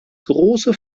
große